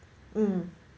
mm